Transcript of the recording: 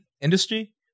industry